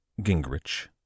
Gingrich